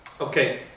Okay